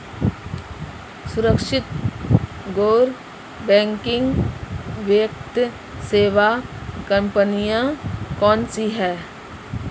सुरक्षित गैर बैंकिंग वित्त सेवा कंपनियां कौनसी हैं?